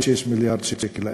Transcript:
6 מיליארד שקל האלה.